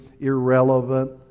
irrelevant